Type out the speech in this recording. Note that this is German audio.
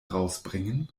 rausbringen